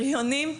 בריונים?